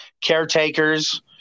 caretakers